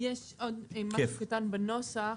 יש עוד משהו קטן בנוסח